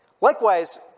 Likewise